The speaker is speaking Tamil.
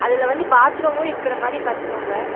அதில் வந்து பாத் ரூமும் இருக்கிற மாதிரி கட்டணுங்க